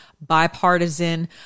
bipartisan